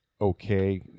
okay